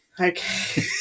Okay